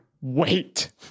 wait